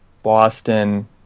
Boston